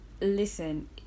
listen